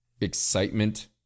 excitement